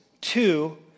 two